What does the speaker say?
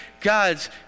God's